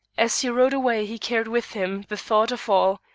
as he rode away he carried with him the thought of all,